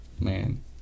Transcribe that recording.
man